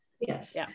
yes